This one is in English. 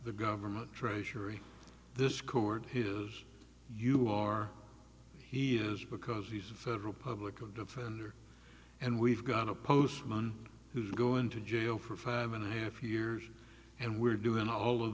the government tracery this coord his you are he is because he's a federal public defender and we've got a postman who's going to jail for five and a half years and we're doing all of